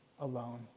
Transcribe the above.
alone